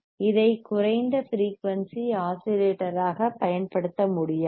இதை குறைந்த ஃபிரீயூன்சி ஆஸிலேட்டராகப் பயன்படுத்த முடியாது